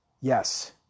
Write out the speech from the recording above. yes